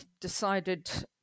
decided